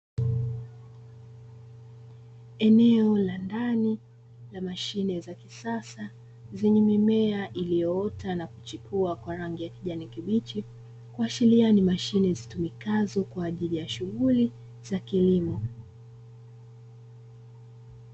Eneo la ndani la mashine za kisasa zenye mimea iliyoota na kuchipua kwa rangi ya kijani kibichi, kuashiria ni mashine zitumikazo kwa ajili ya shughuli za kilimo.